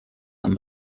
amb